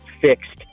fixed